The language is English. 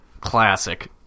Classic